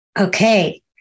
Okay